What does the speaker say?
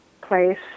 place